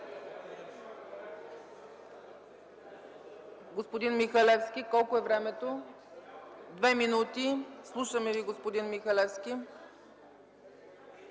Господин Михалевски. Колко е времето? Две минути. Слушаме Ви, господин Михалевски.